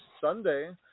Sunday